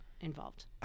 involved